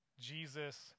Jesus